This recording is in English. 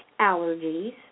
allergies